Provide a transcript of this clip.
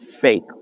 fake